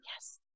Yes